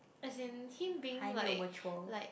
as in him being like like